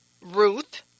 Ruth